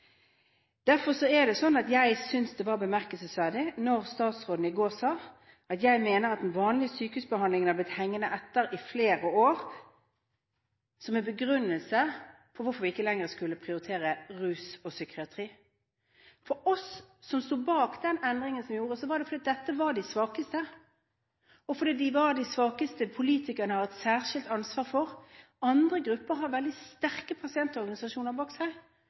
jeg det var bemerkelsesverdig da statsråden i går sa: «Jeg mener at den vanlige sykehusbehandlingen har blitt hengende etter i flere år» – som en begrunnelse for hvorfor vi ikke lenger skulle prioritere rus og psykiatri. Vi som sto bak den endringen som ble gjort, gjorde det fordi dette er de svakeste, de svakeste som politikerne har et særskilt ansvar for. Andre grupper har veldig sterke pasientorganisasjoner bak seg